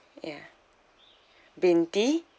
ya binti